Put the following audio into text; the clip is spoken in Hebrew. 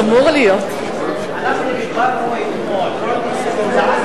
ולאחריו אנחנו נצביע על הודעות הסיכום.